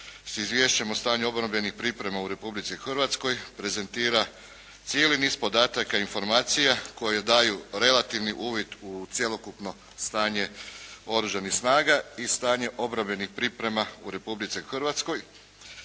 s Izvješćem o stanju obrambenih priprema u Republici Hrvatskoj prezentira cijeli niz podataka i informacija koje daju relativni uvid u cjelokupno stanje Oružanih snaga i stanje obrambenih priprema u Republici Hrvatskoj